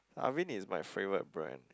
Avene is my favorite brand